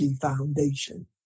foundation